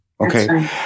okay